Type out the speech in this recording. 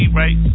right